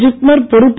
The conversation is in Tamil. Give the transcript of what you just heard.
ஜிப்மர் பொறுப்பு